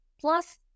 plus